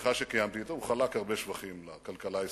בשיחה שקיימתי אתו הוא חלק הרבה שבחים לכלכלה הישראלית.